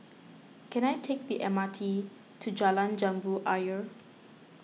can I take the M R T to Jalan Jambu Ayer